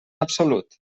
absolut